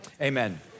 amen